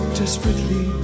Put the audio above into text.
desperately